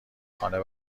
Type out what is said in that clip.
خانه